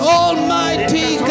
almighty